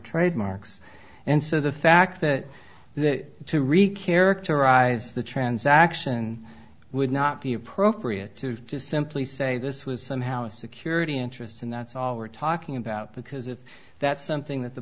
trademarks and so the fact that that to wreak eric to rise the transaction would not be appropriate to just simply say this was somehow a security interest and that's all we're talking about because if that's something that the